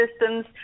systems